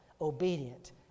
obedient